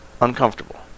uncomfortable